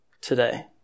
today